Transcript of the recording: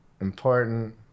important